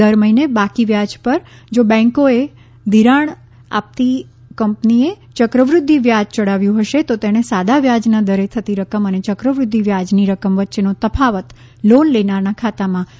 દર મહિને બાકી વ્યાજ પર જો બેન્કોએ ઘિરાણ આપતી કંપનીએ ચક્રવૃદ્ધિ વ્યાજ ચડાવ્યું હશે તો તેણે સાદા વ્યાજના દરે થતી રકમ અને ચક્રવૃદ્ધિ વ્યાજની રકમ વચ્ચેનો તફાવત લોન લેનારના ખાતામાં પરત જમા કરવાનો રહેશે